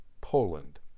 Poland